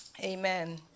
Amen